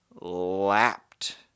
lapped